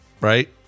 right